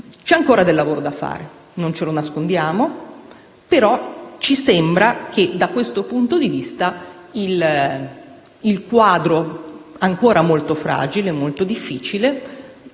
C'è ancora del lavoro da fare - non ce lo nascondiamo - però ci sembra che, da questo punto di vista, il quadro, ancora molto fragile e difficile,